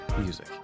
music